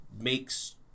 makes